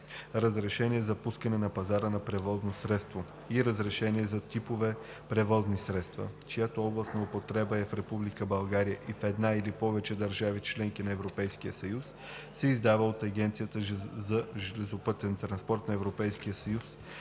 Разрешение за пускане на пазара на превозно средство и разрешение за типове превозни средства, чиято област на употреба е в Република България и в една или повече държави – членки на Европейския съюз, се издава от Агенцията за железопътен транспорт на